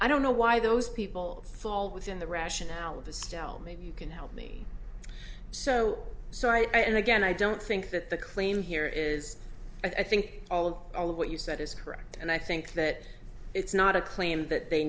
i don't know why those people fall within the rationale of the still maybe you can help me so so i and again i don't think that the claim here is i think all of what you said is correct and i think that it's not a claim that they